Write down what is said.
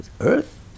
Earth